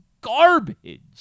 garbage